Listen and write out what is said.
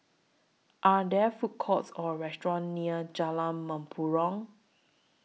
Are There Food Courts Or restaurants near Jalan Mempurong